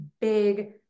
big